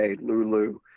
Lulu